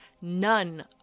None